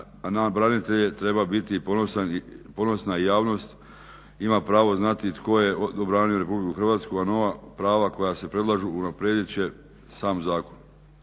a na branitelje treba biti ponosan i javnost ima pravo znati tko je obranio Republiku Hrvatsku, a nova prava koja se predlažu unaprijedit će sam zakon.